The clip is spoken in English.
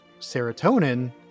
serotonin